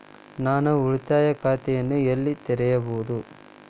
ನಾನು ಉಳಿತಾಯ ಖಾತೆಯನ್ನು ಎಲ್ಲಿ ತೆರೆಯಬಹುದು?